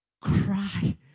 cry